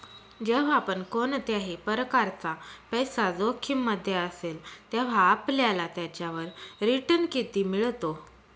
जेव्हा पण कोणत्याही प्रकारचा पैसा जोखिम मध्ये असेल, तेव्हा आपल्याला त्याच्यावर रिटन किती मिळतो?